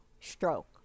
stroke